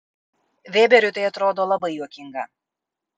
vėberiui tai atrodo labai juokinga